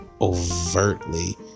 overtly